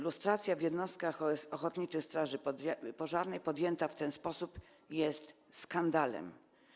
Lustracja w jednostkach ochotniczych straży pożarnych podjęta w ten sposób jest skandalem.